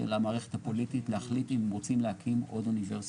של המערכת הפוליטית להחליט אם רוצים להקים עוד אוניברסיטה.